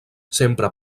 sempre